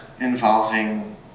involving